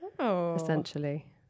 essentially